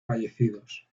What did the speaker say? fallecidos